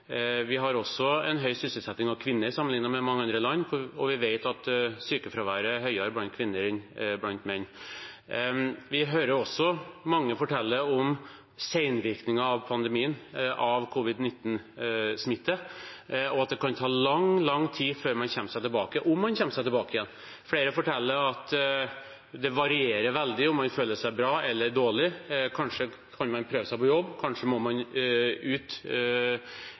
Vi har også en høy sysselsetting av kvinner sammenlignet med mange andre land, og vi vet at sykefraværet er høyere blant kvinner enn blant menn. Vi hører også mange fortelle om senvirkninger av pandemien, av covid-19-smitte, og at det kan ta lang, lang tid før man kommer seg tilbake – om man kommer seg tilbake igjen. Flere forteller at det varierer veldig om man føler seg bra eller dårlig – kanskje kan man prøve seg på jobb, kanskje må man ut